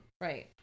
Right